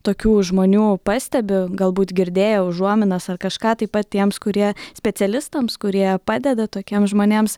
tokių žmonių pastebi galbūt girdėjo užuominas ar kažką taip pat tiems kurie specialistams kurie padeda tokiems žmonėms